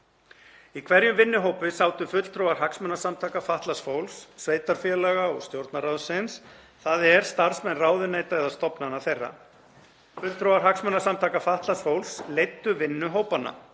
Í hverjum vinnuhópi sátu fulltrúar hagsmunasamtaka fatlaðs fólks, sveitarfélaga og Stjórnarráðsins, þ.e. starfsmenn ráðuneyta eða stofnana þeirra. Fulltrúar hagsmunasamtaka fatlaðs fólks leiddu vinnu hópanna.